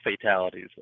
fatalities